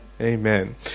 Amen